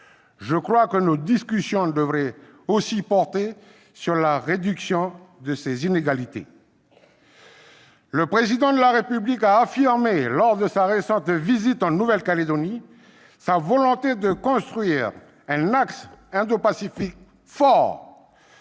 Je crois que nos discussions devraient aussi porter sur la réduction de ces inégalités. Le Président de la République a affirmé, lors de sa récente visite en Nouvelle-Calédonie, sa volonté de construire un axe indopacifique fort.